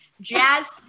jazz